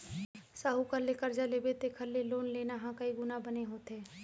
साहूकार ले करजा लेबे तेखर ले लोन लेना ह कइ गुना बने होथे